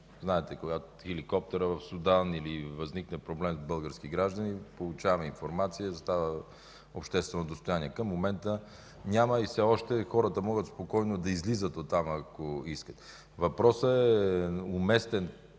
Знаете за хеликоптера в Судан, или ако възникне проблем с български граждани, получаваме информация и тя става обществено достояние. Към момента няма. Все още хората могат спокойно да излизат оттам, ако искат. Въпросът е уместен